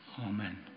Amen